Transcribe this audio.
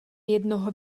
jednoho